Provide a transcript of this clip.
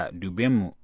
dubemu